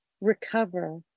recover